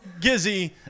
Gizzy